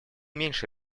меньше